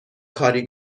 کاری